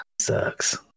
sucks